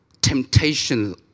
temptation